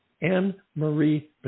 Anne-Marie